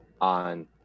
on